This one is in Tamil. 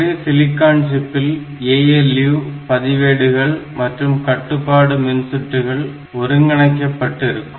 ஒரே சிலிக்கான் சிப்பில் ALU பதிவேடுகள் மற்றும் கட்டுப்பாடு மின்சுற்றுகள் ஒருங்கிணைக்கப்பட்டு இருக்கும்